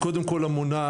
קודם כל המונעת,